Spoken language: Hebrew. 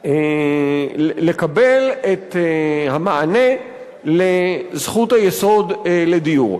לקבל את המענה לזכות היסוד לדיור,